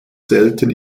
selten